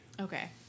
Okay